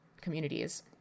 communities